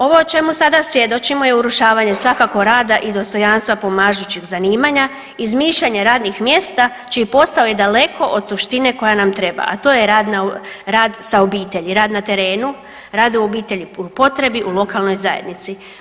Ovo o čemu sada svjedočimo je urušavanje svakako rada i dostojanstva pomažućih zanimanja, izmišljanje radnih mjesta čiji posao je daleko od suštine koja nam treba, a to je rad sa obitelji, rad na terenu, rad u obitelji u potrebi, u lokalnoj zajednici.